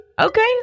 okay